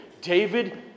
David